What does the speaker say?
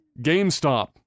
GameStop